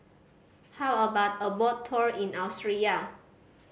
how about a boat tour in Austria